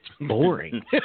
boring